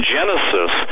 Genesis